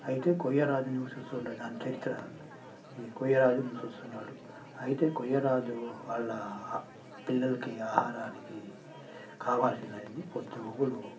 అయితే కొయ్యరాజు నివసిస్తూ ఉండే దాని చరిత్ర ఇది కొయ్యరాజు నివసిస్తున్నాడు అయితే కొయ్యరాజు వాళ్ళ పిల్లలకి ఆహారానికి కావాల్సినన్నీ పొద్దుగూకులు